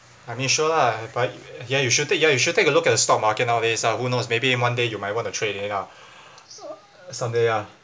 I mean sure lah but ya you should take ya you should take a look at the stock market nowadays ah who knows maybe one day you may want to trade eh ah some day ah